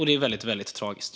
Det är väldigt tragiskt.